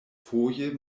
foje